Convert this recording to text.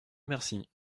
merci